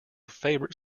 favourite